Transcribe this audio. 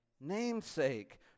namesake